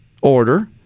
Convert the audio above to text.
order